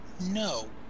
No